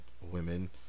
women